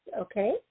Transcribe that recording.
okay